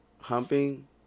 Humping